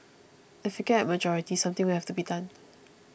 if we get a majority something will have to be done